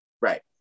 right